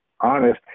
honest